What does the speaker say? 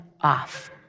off